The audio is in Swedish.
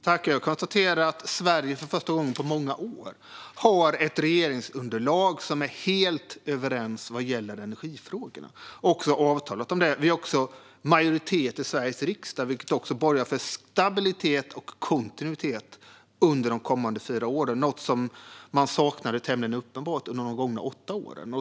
Herr talman! Jag konstaterar att Sverige för första gången på många år har ett regeringsunderlag som är helt överens vad gäller energifrågorna och som också har ett avtal om detta. Vi har även majoritet i Sveriges riksdag, vilket borgar för stabilitet och kontinuitet under de kommande fyra åren. Detta var något som tämligen uppenbart saknades under de gångna åtta åren.